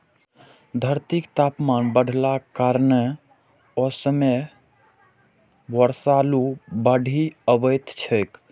धरतीक तापमान बढ़लाक कारणें असमय बर्षा, लू, बाढ़ि अबैत छैक